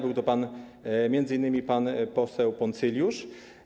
Był to m.in. pan poseł Poncyljusz.